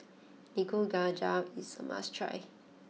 Nikujaga is a must try